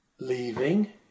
leaving